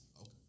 okay